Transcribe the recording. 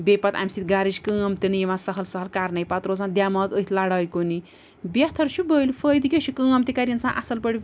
بیٚیہِ پَتہٕ اَمہِ سۭتۍ گَرٕچ کٲم تہِ نہٕ یِوان سَہل سَہل کَرنَے پَتہٕ روزان دٮ۪ماغ أتھۍ لڑٲے کُنی بہتر چھُ بٔلۍ فٲیدٕ کیٛاہ چھُ کٲم تہِ کَرِ اِنسان اَصٕل پٲٹھۍ